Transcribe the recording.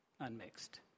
Unmixed